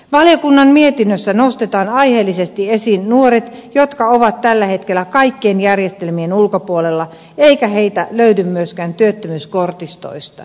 valiokunnan mietinnössä nostetaan aiheellisesti esiin nuoret jotka ovat tällä hetkellä kaikkien järjestelmien ulkopuolella ja joita ei löydy myöskään työttömyyskortistoista